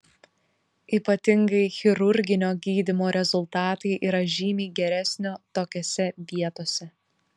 ypatingai chirurginio gydymo rezultatai yra žymiai geresnio tokiose vietose